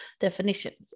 definitions